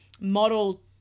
model